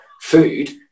food